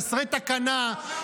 חסרי תקנה,